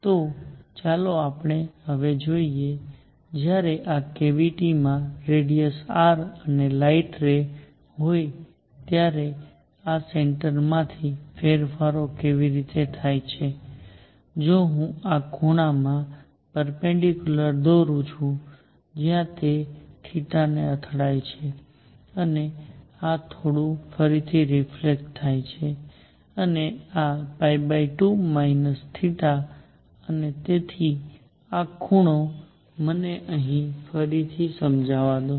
તો ચાલો આપણે હવે જોઈએ જ્યારે આ કેવીટીમાં રેડિયસ r અને લાઇટ રે હોય ત્યારે આ સેન્ટરમાંથી ફેરફારો કેવી રીતે થાય છે જો હું આ ખૂણામાં પરપેન્ડીક્યુલરદોરું છું જ્યાં તે ને અથડાય છે અને આ થોડું ફરીથી રિફલેક્ટ થાય છે અને આ 2 θ અને તેથી આ ખૂણો મને અહીં ફરીથી સમજવા દો